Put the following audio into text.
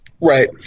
Right